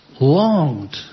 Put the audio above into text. longed